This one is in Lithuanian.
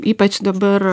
ypač dabar